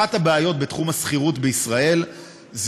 אחת הבעיות בתחום השכירות בישראל היא